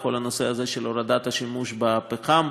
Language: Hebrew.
בכל הנושא הזה של הורדת השימוש בפחם.